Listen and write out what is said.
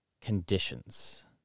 conditions